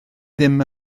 ddim